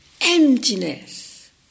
Emptiness